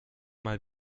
mal